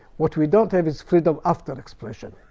what we don't have is freedom after expression.